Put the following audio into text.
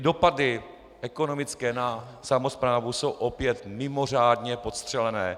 Dopady ekonomické na samosprávu jsou opět mimořádně podstřelené.